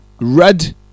Red